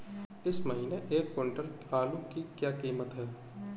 इस महीने एक क्विंटल आलू की क्या कीमत है?